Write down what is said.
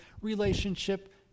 relationship